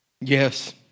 Yes